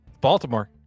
Baltimore